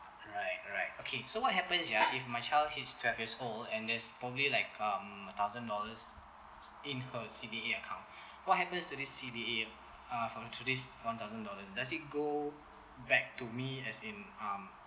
right right okay so what happens ya if my child he's twelve years old and there's probably like um a thousand dollars in her C_D_A account what happens to this C_D_A uh from to this one thousand dollars does it go back to me as in um